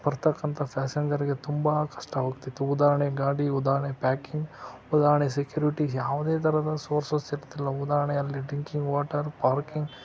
ಬರತಕ್ಕಂಥ ಪ್ಯಾಸೆಂಜರ್ಗೆ ತುಂಬ ಕಷ್ಟವಾಗ್ತಿತ್ತು ಉದಾಹರಣೆ ಗಾಡಿ ಉದಾಹರಣೆ ಪ್ಯಾಕಿಂಗ್ ಉದಾಹರಣೆ ಸೆಕ್ಯೂರಿಟಿ ಯಾವುದೇ ತರಹದ ಸೋರ್ಸಸ್ ಇರ್ತಿಲ್ಲ ಉದಾಹರಣೆ ಅಲ್ಲಿ ಡ್ರಿಂಕಿಂಗ್ ವಾಟರ್ ಪಾರ್ಕಿಂಗ್